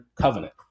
covenant